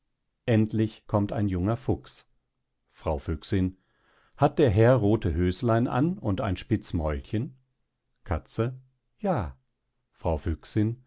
endlich kommt ein junger fuchs fr füchsin hat der herr rothe höslein an und ein spitz mäulchen katze ja fr füchsin